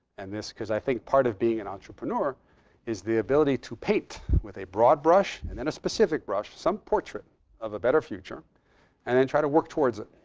and because i think part of being an entrepreneur is the ability to paint with a broad brush and then a specific brush some portrait of a better future and then try to work towards it.